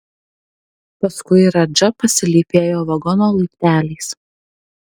paskui radža pasilypėjo vagono laipteliais